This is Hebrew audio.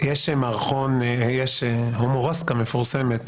יש הומורסקה מפורסמת